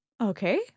Okay